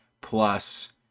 plus